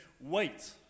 wait